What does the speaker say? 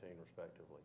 respectively